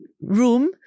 room